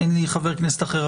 אין לי חבר כנסת אחר.